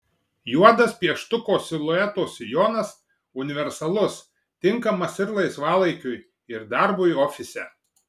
juodas pieštuko silueto sijonas universalus tinkamas ir laisvalaikiui ir darbui ofise